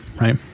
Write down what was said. right